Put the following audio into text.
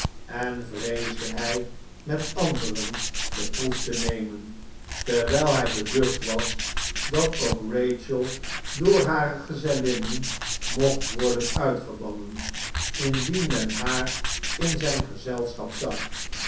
en vreesde hij met anderen de proef te nemen terwijl hij beducht was dat ook rachel door hare gezellinnen mocht worden uitgebannen indien men haar in zijn gezelschap zag